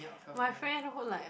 my friend who like